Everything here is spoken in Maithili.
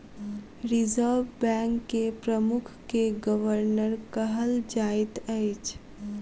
रिजर्व बैंक के प्रमुख के गवर्नर कहल जाइत अछि